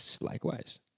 likewise